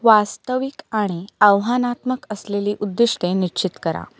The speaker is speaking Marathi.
वास्तविक आणि आव्हानात्मक असलेली उद्दिष्टे निश्चित करा